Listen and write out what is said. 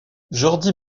jordi